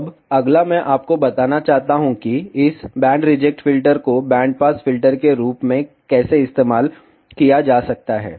अब अगला मैं आपको बताना चाहता हूं कि इस बैंड रिजेक्ट फिल्टर को बैंड पास फिल्टर के रूप में कैसे इस्तेमाल किया जा सकता है